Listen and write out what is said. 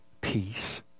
peace